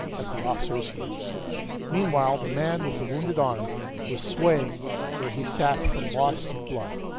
at the officer's heels meanwhile the man with the wounded arm was swaying where he sat from loss of blood,